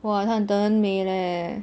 哇她很真美 leh